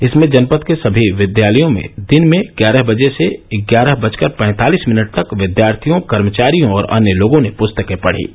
इसमें जनपद के सभी विद्यालयों में दिन में ग्यारह बजे से ग्यारह बजकर पैंतालीस मिनट तक विद्यार्थियों कर्मचारियों और अन्य लोगों ने पुस्तके पढ़ीं